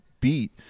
beat